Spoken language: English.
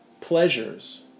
pleasures